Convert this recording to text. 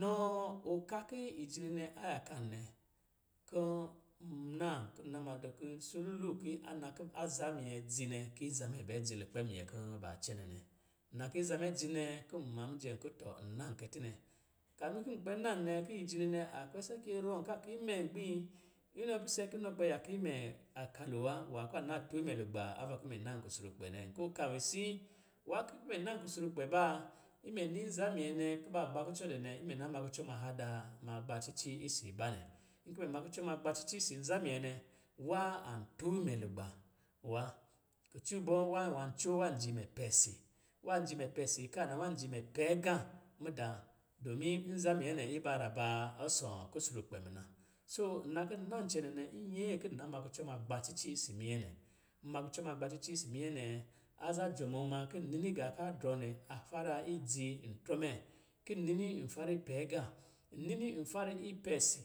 nɔɔ ɔka ki ɛjili nɛ a yaka nɛ, kɔ̄ n naa kɔ̄ na ma dɔ, ki sululu ki anna kɔ̄ aza minyɛ dzi nɛ, ki aza mɛ bɛ dzi lukpɛ minyɛ kɔ̄ ba cɛnɛ nɛ. Nna ki aza mɛ dzi nɛ, kɔ̄ nma mijɛ, nkɔ̄ tɔ nna kɛ tinɛ. Kamin ki kpɛ na nɛ, ki ejili nɛ a kpɛ sakɛ rɔm ka ki imɛ gbiin, inɔ pise ki inɔ kpɛ yaka imɛ a ka lo wa, nwā ka na tɔ imɛ lugba ava kɔ̄ mɛ na kusrukpɛ nɛ, nkɔ̄ ka wisii? Waa ki mɛ na krusrukpɛ ba, imɛ ni izan minyɛ nɛ kuba gbakucɔ dɛ nɛ, imɛ na ma kucɔ ma hada, ma gbacici isibaa nɛ. Nkɔ̄ mɛ ma kucɔ ma gbacici isi nza minyɛ nɛ, nwā a tɔ imɛ lugba wa. Kucɔ bɔ, waa nwā ncoo, wa jii mɛ pɛ si, wa jii mɛ pɛ si kaa na, wa jii mɛ pɛ agā mudaa, dɔmin nza minyɛ nɛ iba ra ba ɔsɔ̄ kusrukpɛ muna. Soo, nna kɔ̄ nna cɛnɛ nɛ, inyɛ kɔ̄ nna ma kucɔ ma gbacici isi minyɛ nɛ. Nma kucɔ ma gbacici isi minyɛ nɛ, azaa jɔmɔɔ ma ki nini gā ka a drɔ nɛ, a fara idzi ntrɔ mɛ. Ki nini n fara ipɛɛgā, n nini n fara ipɛɛsi